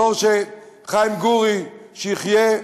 דור שחיים גורי, שיחיה,